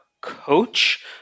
coach